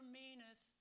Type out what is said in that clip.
meaneth